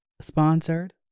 sponsored